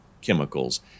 chemicals